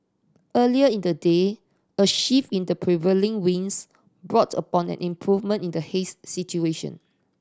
earlier in the day a shift in the prevailing winds brought about an improvement in the haze situation